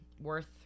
worth